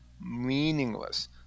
meaningless